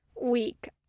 week